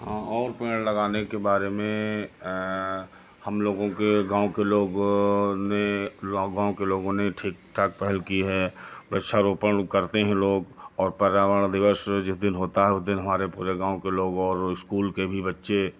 हाँ और पेड़ लगाने के बारे में हम लोगों के गाँव के लोग ने गाँव के लोगों ने ठीक ठाक पहल की है वृक्षारोपण करते हैं लोग और पर्यावरण दिवस जिस दिन होता है उस दिन हमारे पूरे गाँव के लोग और इस्कूल के भी बच्चे